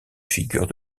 figures